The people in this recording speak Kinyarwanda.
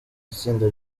itsinda